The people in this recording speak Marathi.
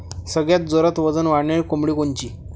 सगळ्यात जोरात वजन वाढणारी कोंबडी कोनची?